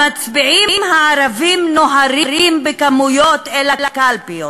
המצביעים הערבים נוהרים בכמויות אל הקלפיות,